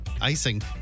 icing